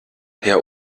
herr